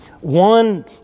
one